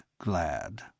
glad